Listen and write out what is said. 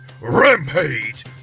Rampage